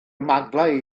maglau